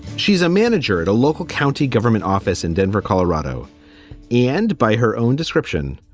she's a manager at a local county government office in denver, colorado and by her own description,